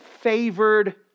favored